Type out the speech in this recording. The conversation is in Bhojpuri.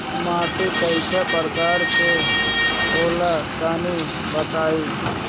माटी कै प्रकार के होला तनि बताई?